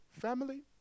family